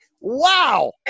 wow